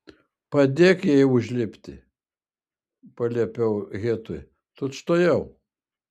padėk jai užlipti paliepiau hitui tučtuojau